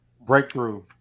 breakthrough